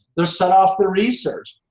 they're set after research.